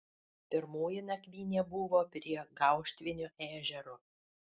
pirmoji nakvynė buvo prie gauštvinio ežero